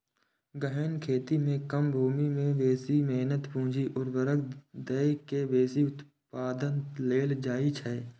गहन खेती मे कम भूमि मे बेसी मेहनत, पूंजी, उर्वरक दए के बेसी उत्पादन लेल जाइ छै